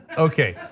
okay,